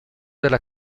della